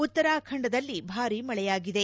ಉತ್ತರಾಖಂಡದಲ್ಲಿ ಭಾರೀಮಳೆಯಾಗಿದೆ